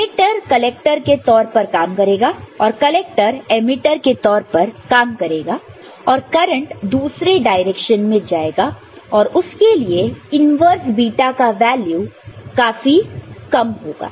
ammeter collector के तौर पर काम करेगा और कलेक्टर एमिटर के तौर पर काम करेगा और करंट दूसरे डायरेक्शन में जाएगा और उसके लिए इन्वर्स बीटा का वैल्यू एपी काफी कम होगा